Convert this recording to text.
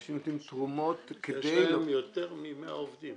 אנשים נותנים תרומות כדי --- יש להם יותר מ-100 עובדים,